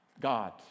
God